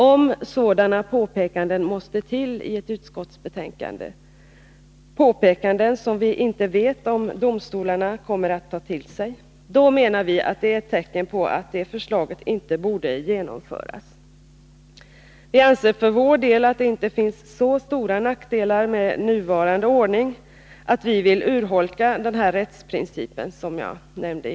Om sådana påpekanden måste till i ett utskottsbetänkande — påpekanden som vi inte vet om domstolarna kommer att ta hänsyn till — är det ett tecken på att det förslaget inte borde genomföras. Vi anser att det inte finns så stora nackdelar med nuvarande ordning att vi vill urholka den rättsprincip jag tidigare nämnde.